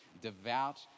devout